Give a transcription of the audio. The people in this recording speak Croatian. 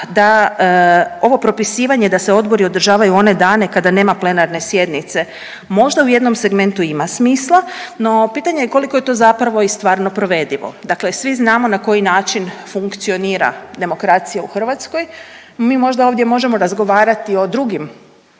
da ovo propisivanje da se odbori održavaju one dane kada nema plenarne sjednice, možda u jednom segmentu ima smisla, no pitanje je koliko je to zapravo i stvarno provedivo. Dakle svi znamo na koji način funkcionira demokracija u Hrvatskoj, mi možda ovdje možemo razgovarati o drugim